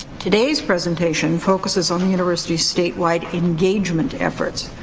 today's presentation focuses on the university's statewide engagement efforts.